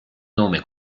nome